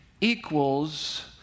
equals